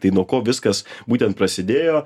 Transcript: tai nuo ko viskas būten prasidėjo